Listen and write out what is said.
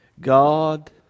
God